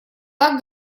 так